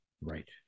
Right